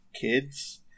kids